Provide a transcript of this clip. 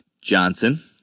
Johnson